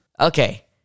Okay